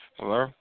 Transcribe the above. Hello